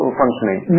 functioning